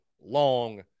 long